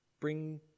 bring